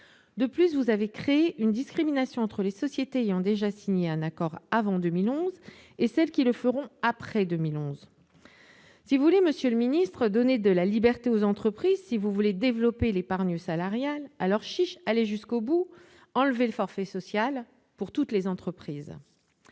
De plus, il a été créé une discrimination entre les sociétés ayant déjà signé un accord avant 2011 et celles qui l'on fait après 2011. Monsieur le secrétaire d'État, si vous voulez donner de la liberté aux entreprises, si vous voulez développer l'épargne salariale, alors, chiche, allez jusqu'au bout : enlevez le forfait social pour toutes les entreprises